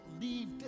leave